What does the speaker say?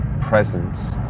presence